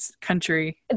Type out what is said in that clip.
country